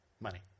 Money